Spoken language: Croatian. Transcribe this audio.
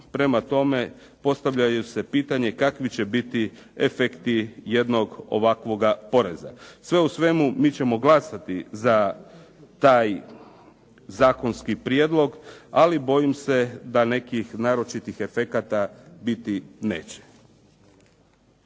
prema tome postavlja se pitanje kakvi će biti efekti jednog ovakvoga poreza. Sve u svemu, mi ćemo glasati za taj zakonski prijedlog, ali bojim se da nekih naročitih efekata biti neće.